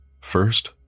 First